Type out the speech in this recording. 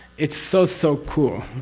it's so so cool.